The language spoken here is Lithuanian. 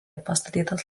pastatytas